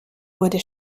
wurde